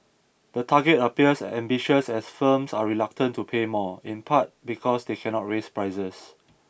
the target appears ambitious as firms are reluctant to pay more in part because they cannot raise prices